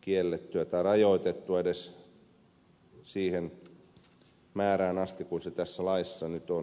kiellettyä tai rajoitettua edes siihen määrään asti kuin se tässä laissa nyt on sallittu tai kerrottu